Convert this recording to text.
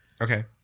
Okay